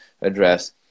address